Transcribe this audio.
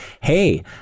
hey